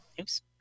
Oops